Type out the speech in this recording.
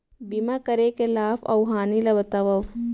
बीमा करे के लाभ अऊ हानि ला बतावव